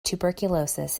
tuberculosis